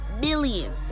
million